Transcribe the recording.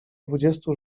dwudziestu